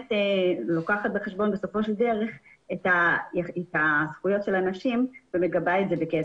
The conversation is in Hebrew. שלוקחת בחשבון את הזכויות של האנשים ומגבה את זה בכסף.